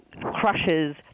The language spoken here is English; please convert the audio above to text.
crushes